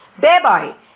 thereby